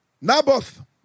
Naboth